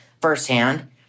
firsthand